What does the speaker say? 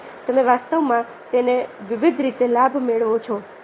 તેથી તમે વાસ્તવમાં તેનો વિવિધ રીતે લાભ મેળવો છો